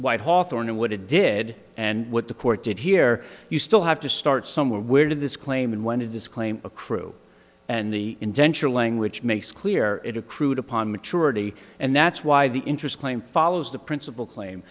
white hawthorn and what it did and what the court did here you still have to start somewhere where did this claim and when did this claim accrue and the indenture language makes clear it accrued upon maturity and that's why the interest claim follows the principle claim